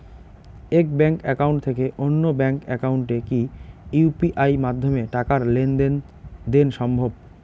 এক bank account থেকে অন্য ব্যাংক একাউন্টে কি ইউ.পি.আই মাধ্যমে টাকার লেনদেন দেন সম্ভব?